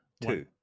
two